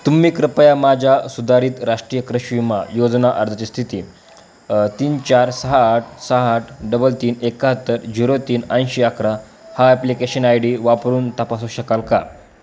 तुम्ही कृपया माझ्या सुधारित राष्ट्रीय कृषी विमा योजना अर्जाची स्थिती तीन चार सहा आठ सहा आठ डबल तीन एकाहत्तर झिरो तीन ऐंशी अकरा हा ॲप्लिकेशन आय डी वापरून तपासू शकाल का